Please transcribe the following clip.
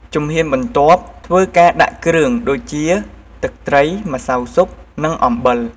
ជំហានបន្ទាប់ធ្វើការដាក់គ្រឿង ដូចជា ទឹកត្រី ម្សៅស៊ុប នឹងអំបិល។